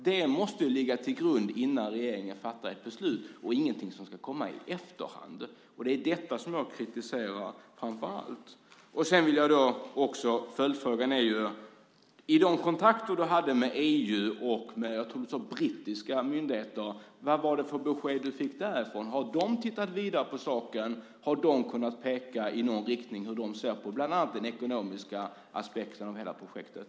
Detta måste ligga till grund för regeringens beslut och inte vara något som kommer i efterhand. Det är framför allt detta som jag kritiserar. Jag vill ställa en följdfråga till utbildningsministern: Vad fick du för besked när du hade kontakt med EU och med, tror jag att du sade, brittiska myndigheter? Har de tittat vidare på saken? Har de kunnat peka i någon riktning gällande hur de ser på bland annat den ekonomiska aspekten av hela projektet?